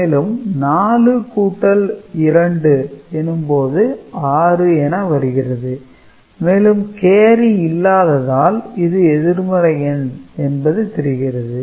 மேலும் 4 கூட்டல் 2 எனும்போது 6 என வருகிறது மேலும் கேரி இல்லாததால் இது எதிர்மறை எண் என்பது தெரிகிறது